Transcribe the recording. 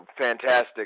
fantastic